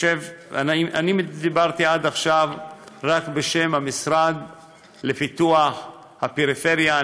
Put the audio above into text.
דיברתי עד עכשיו רק בשם המשרד לפיתוח הפריפריה,